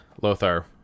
Lothar